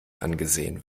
angesehen